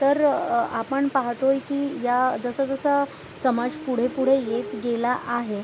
तर आपण पाहतो आहे की या जसाजसा समाज पुढेपुढे येत गेला आहे